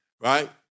right